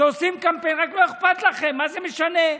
כשעושים קמפיין, לא אכפת לכם, מה זה משנה?